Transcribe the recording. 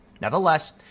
Nevertheless